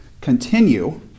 continue